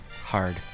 hard